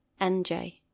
NJ